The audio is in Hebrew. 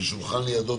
שבשולחן לידו,